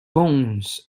bones